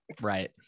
Right